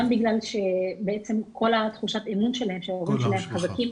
גם בגלל שבעצם כל תחושת האמון שלהם שההורים שלהם חזקים,